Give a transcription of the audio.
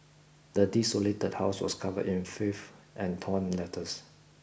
the desolated house was covered in filth and torn letters